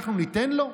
אנחנו ניתן לו?